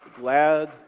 glad